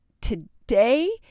today